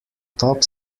top